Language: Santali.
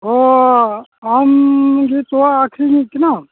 ᱚᱸᱻ ᱟᱢᱜᱮ ᱛᱳᱣᱟ ᱟᱹᱠᱷᱟᱨᱤ ᱤᱧ ᱠᱟᱱᱟᱢ